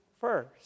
first